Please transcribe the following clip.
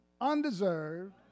undeserved